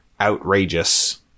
outrageous